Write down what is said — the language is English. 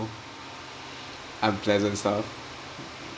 unpleasant stuff